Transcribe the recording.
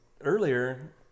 earlier